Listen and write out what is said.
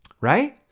right